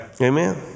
Amen